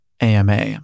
AMA